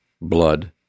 blood